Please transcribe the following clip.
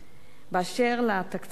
באשר לתקציבים,